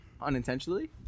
unintentionally